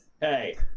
Hey